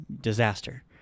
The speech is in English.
disaster